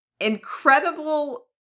incredible